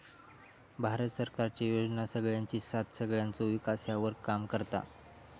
भारत सरकारचे योजना सगळ्यांची साथ सगळ्यांचो विकास ह्यावर काम करता